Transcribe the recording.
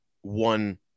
one